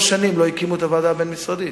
שנים לא הקימו את הוועדה הבין-משרדית.